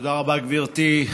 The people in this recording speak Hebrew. תודה רבה, גברתי.